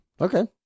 Okay